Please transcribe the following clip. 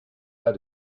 pas